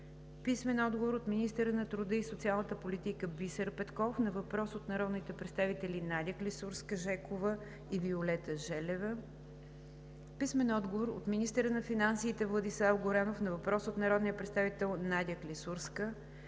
Стойнев; - министъра на труда и социалната политика Бисер Петков на въпрос от народните представители Надя Клисурска-Жекова и Виолета Желева; - министъра на финансите Владислав Горанов на въпрос от народния представител Надя Клисурска;